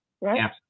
right